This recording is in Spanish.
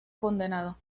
condenado